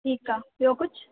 ठीकु आहे ॿियो कुझु